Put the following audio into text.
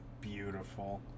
Beautiful